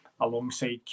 Alongside